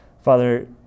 Father